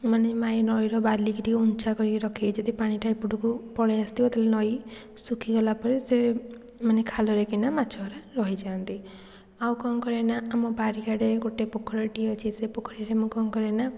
ମାନେ ମାଇଁ ନଈର ବାଲିକି ଟିକିଏ ଉଞ୍ଚା କରିକି ରଖେ ଯଦି ପାଣିଟା ଏପଟକୁ ପଳେଇ ଆସିଥିବ ତାହାଲେ ନଈ ଶୁଖିଗଲା ପରେ ସେ ମାନେ ଖାଲରେ କିନା ମାଛଗୁଡ଼ା ରହିଯାଆନ୍ତି ଆଉ କ'ଣ କରେ ନା ଆମ ବାରିଆଡ଼େ ଗୋଟେ ପୋଖରୀଟିଏ ଅଛି ସେ ପୋଖରୀରେ ମୁଁ କ'ଣ କରେ ନା